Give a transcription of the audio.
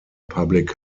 public